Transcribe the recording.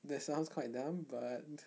that sounds quite dumb but